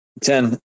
Ten